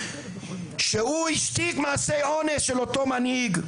שהוא השתיק מעשה אונס של אותו מנהיג,